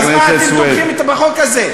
אם אתם מתנגדים, אז מה אתם תומכים בחוק הזה?